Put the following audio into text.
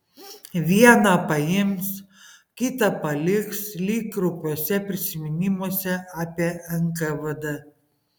vieną paims kitą paliks lyg kraupiuose prisiminimuose apie nkvd